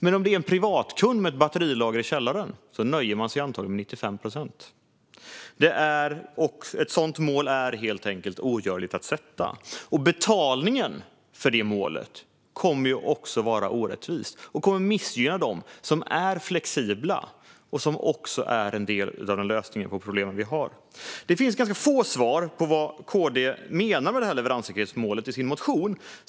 Men en privatkund med ett batterilager i källaren nöjer sig antagligen med 95 procent. Ett sådant mål är helt enkelt ogörligt att sätta. Betalningen för det målet kommer också att vara orättvis. Det kommer att missgynna dem som är flexibla och som också är en del av lösningen på de problem vi har. Det finns ganska få svar i KD:s motion på vad KD menar med detta leveranssäkerhetsmål.